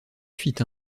fit